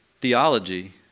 theology